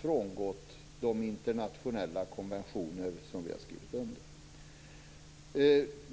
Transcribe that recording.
frångått de internationella konventioner som vi har skrivit under.